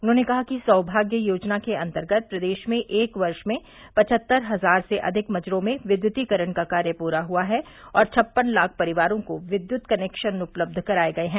उन्होंने कहा कि सौभाग्य योजना के अन्तर्गत प्रदेश में एक वर्ष में पवहत्तर हजार से अधिक मजरों में विद्युतीकरण का कार्य पूरा हुआ है और छप्पन लाख परिवारों को विद्युत कनेक्शन उपलब्ध कराये गये हैं